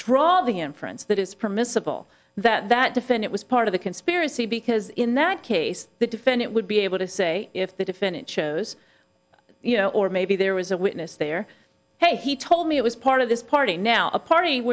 draw the inference that is permissible that that defend it was part of the conspiracy because in that case the defendant would be able to say if the defendant shows you know or maybe there was a witness there hey he told me it was part of this party now a party